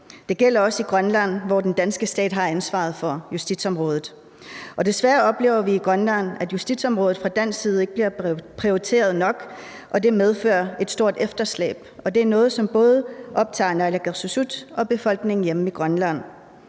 Det gælder også i Grønland, hvor den danske stat har ansvaret for justitsområdet. Desværre oplever vi i Grønland, at justitsområdet fra dansk side ikke bliver prioriteret nok, og det medfører et stort efterslæb, og det er noget, som både optager naalakkersuisut og befolkningen hjemme i Grønland.